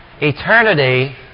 Eternity